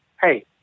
hey